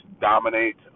dominate